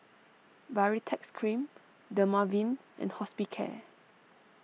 Baritex Cream Dermaveen and Hospicare